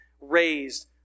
raised